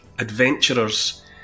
Adventurers